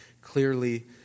clearly